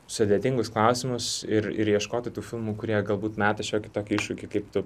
sudėtingus klausimus ir ir ieškoti tų filmų kurie galbūt meta šiokį tokį iššūkį kaip tu